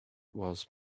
was